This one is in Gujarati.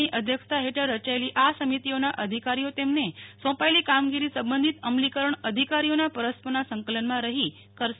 ની અધ્યક્ષતા હેઠળ રચાયેલી આ સમિતિઓના અધિકારીઓ તેમને સોંપાથેલી કામગીરી સબંધિત અમલીકરણ અધિકારીઓના પરસ્પરના સંકલનમાં રહી કરશે